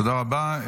תודה רבה.